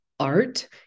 art